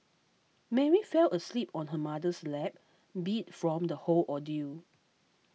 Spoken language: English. Mary fell asleep on her mother's lap beat from the whole ordeal